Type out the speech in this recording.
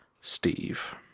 Steve